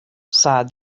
sighed